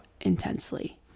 intensely